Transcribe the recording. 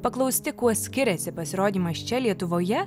paklausti kuo skiriasi pasirodymas čia lietuvoje